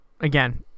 again